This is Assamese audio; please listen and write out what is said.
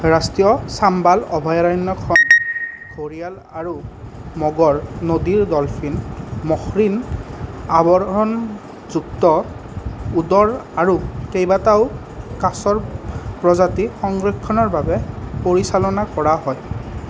ৰাষ্ট্ৰীয় চাম্বাল অভয়াৰণ্যখন ঘৰিয়াল আৰু মগৰ নদীৰ ডলফিন মসৃণ আৱৰণযুক্ত উদৰ আৰু কেইবাটাও কাছৰ প্ৰজাতি সংৰক্ষণৰ বাবে পৰিচালনা কৰা হয়